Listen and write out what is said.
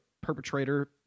perpetrator